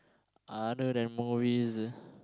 other than movies